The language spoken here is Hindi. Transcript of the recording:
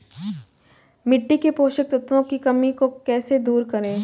मिट्टी के पोषक तत्वों की कमी को कैसे दूर करें?